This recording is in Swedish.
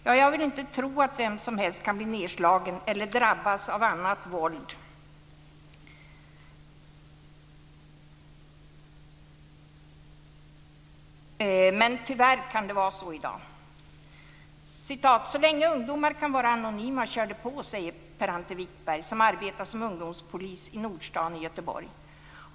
Ja, jag vill inte tro att vem som helst kan bli nedslagen eller drabbas av annat våld, men tyvärr kan det vara så i dag. "Så länge ungdomar kan var anonyma kör de på!" säger Per-Ante Wickberg, som arbetat som ungdomspolis i Nordstan i Göteborg.